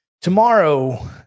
Tomorrow –